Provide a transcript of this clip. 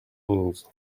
onze